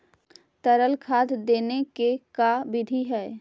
तरल खाद देने के का बिधि है?